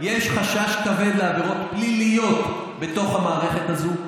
יש חשש כבד לעבירות פליליות בתוך המערכת הזאת.